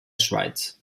schweiz